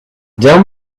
down